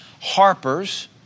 harpers